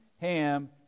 Ham